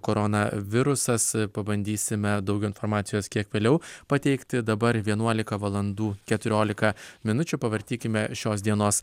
koronavirusas pabandysime daug informacijos kiek vėliau pateikti dabar vienuolika valandų keturiolika minučių pavartykime šios dienos